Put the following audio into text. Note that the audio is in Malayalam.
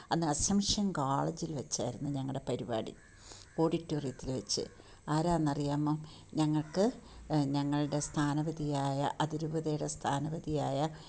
അന്ന് അസംഷൻ കോളേജിൽ വച്ചായിരുന്നു ഞങ്ങളുടെ പരിപാടി ഓഡിറ്റോറിയത്തിൽ വച്ച് ആരാണെന്ന് അറിയാമോ ഞങ്ങൾക്ക് ഞങ്ങളുടെ സ്ഥാനപതിയായ അതിരൂപതയുടെ സ്ഥാനപതിയായ